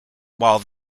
while